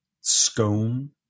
scone